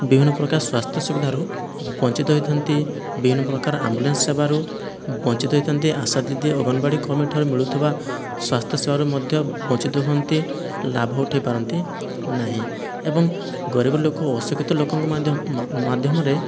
ବିଭିନ୍ନ ପ୍ରକାର ସ୍ଵାସ୍ଥ୍ୟ ସୁବିଧାରୁ ବଞ୍ଚିତ ହୋଇଥାନ୍ତି ବିଭିନ୍ନ ପ୍ରକାର ଆମ୍ବୁଲାନ୍ସ ସେବାରୁ ବଞ୍ଚିତ ହୋଇଥାନ୍ତି ଆଶା ଦିଦି ଓ ଅଙ୍ଗନବାଡ଼ି କର୍ମୀଙ୍କଠାରୁ ମିଳୁଥିବା ସ୍ଵାସ୍ଥ୍ୟ ସେବାରୁ ମଧ୍ୟ ବଞ୍ଚିତ ହୁଅନ୍ତି ଲାଭ ଉଠାଇପାରନ୍ତି ନାହିଁ ଏବଂ ଗରିବ ଲୋକ ଅଶିକ୍ଷିତ ଲୋକଙ୍କ ମାଧ୍ୟମ ମାଧ୍ୟମରେ